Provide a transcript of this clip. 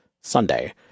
Sunday